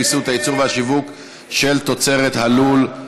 ויסות הייצור והשיווק של תוצרת הלול),